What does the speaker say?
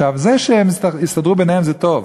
עכשיו, זה שהם הסתדרו ביניהם זה טוב,